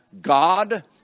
God